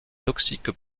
toxiques